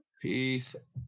Peace